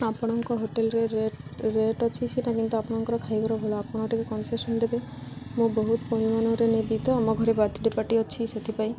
ଆପଣଙ୍କ ହୋଟେଲ୍ରେ rate rate ଅଛି ସେଇଟା କିନ୍ତୁ ଆପଣଙ୍କର ଖାଇବାର ଭଲ ଆପଣ ଟିକେ କନସେସନ୍ ଦେବେ ମୁଁ ବହୁତ ପରିମାଣରେ ନେବି ତ ଆମ ଘରେ ବାର୍ଥଡ଼େ ପାର୍ଟି ଅଛି ସେଥିପାଇଁ